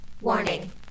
Warning